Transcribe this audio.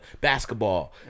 basketball